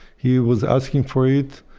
he was asking for it.